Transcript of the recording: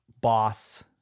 boss